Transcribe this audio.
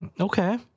Okay